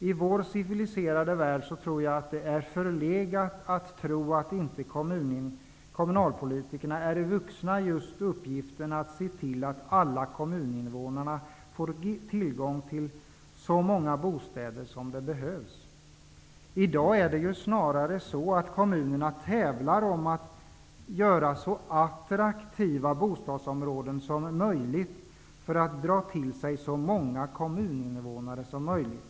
I vår civiliserade värld anser jag att det är förlegat att tro att kommunalpolitikerna inte är vuxna uppgiften att se till att alla kommuninvånare får tillgång till så många bostäder som det finns behov av. I dag tävlar snarare kommunerna om att bygga så attraktiva bostadsområden som möjligt för att dra till sig så många kommuninvånare som möjligt.